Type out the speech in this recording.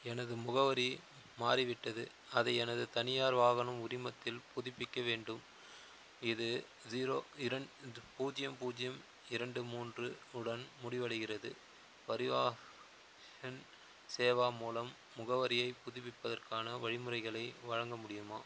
எனது முகவரி மாறிவிட்டது அதை எனது தனியார் வாகனம் உரிமத்தில் புதுப்பிக்க வேண்டும் இது ஸீரோ இரண்டு பூஜ்ஜியம் பூஜ்ஜியம் இரண்டு மூன்று உடன் முடிவடைகிறது பரிவாஹன் சேவா மூலம் முகவரியை புதுப்பிப்பதற்கான வழிமுறைகளை வழங்க முடியுமா